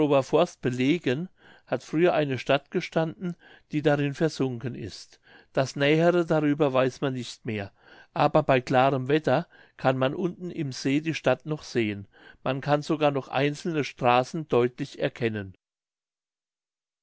forst belegen hat früher eine stadt gestanden die darin versunken ist das nähere darüber weiß man nicht mehr aber bei klarem wetter kann man unten im see die stadt noch sehen man kann sogar noch einzelne straßen deutlich erkennen